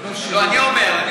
אני אומר.